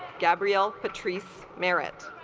gabrielle patrice merritt